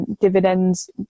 Dividends